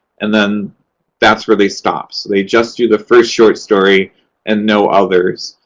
and then that's where they stop. so they just do the first short story and no others.